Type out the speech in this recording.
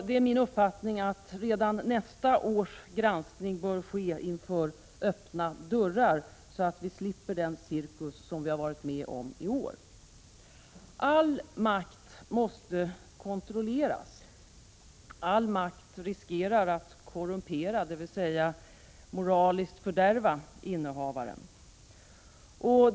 Det är min uppfattning att redan nästa års granskning bör ske inför öppna dörrar, så att vi slipper den cirkus som vi har varit med om i år. All makt måste kontrolleras. All makt riskerar att korrumpera, dvs. att moraliskt fördärva innehavaren.